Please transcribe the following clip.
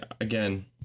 Again